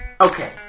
Okay